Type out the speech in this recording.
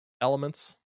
elements